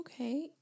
Okay